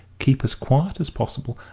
keep as quiet as possible,